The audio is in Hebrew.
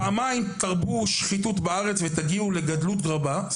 פעמיים תרבו שחיתות בארץ ותגיעו לגדלות רבה.״